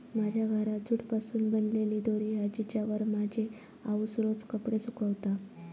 माझ्या घरात जूट पासून बनलेली दोरी हा जिच्यावर माझी आउस रोज कपडे सुकवता